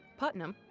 putnam,